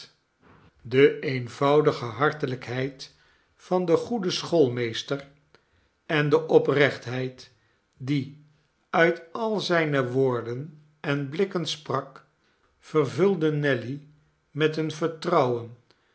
de eenvoudige hartelijkheid van den goeden schoolmeester en de oprechtheid die uit al zijne woorden en blikken sprak vervulden nelly met een vertrouwen